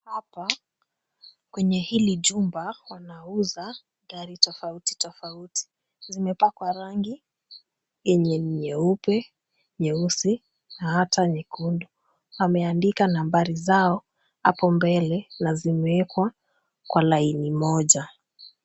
Hapa kwenye hili jumba wanauza gari tofauti tofauti. Zimepakwa rangi yenye ni nyeupe, nyeusi na hata nyekundu. Wameandika nambari zao hapo mbele na zimewekwa kwa laini moja.